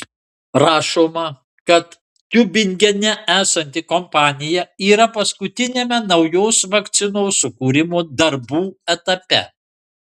rašoma kad tiubingene esanti kompanija yra paskutiniame naujos vakcinos sukūrimo darbų etape